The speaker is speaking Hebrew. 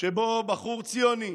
שבו בחור ציוני